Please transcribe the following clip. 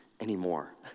anymore